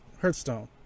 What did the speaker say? Hearthstone